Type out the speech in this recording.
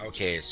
Okay